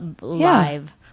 live